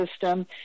system